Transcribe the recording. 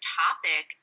topic